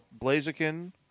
Blaziken